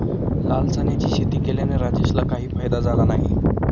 लाल चण्याची शेती केल्याने राजेशला काही फायदा झाला नाही